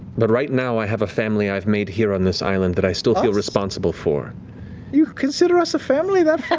but right now i have a family i've made here on this island that i still feel responsible for. sam you consider us a family that fast?